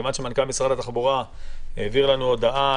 מכיוון שמנכ"ל משרד התחבורה העביר לנו הודעה